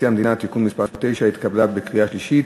המדינה (תיקון מס' 9) התקבלה בקריאה שלישית